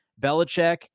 Belichick